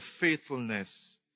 faithfulness